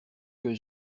que